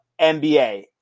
NBA